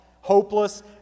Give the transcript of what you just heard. hopeless